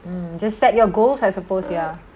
mm just set your goals I supposed ya